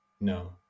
No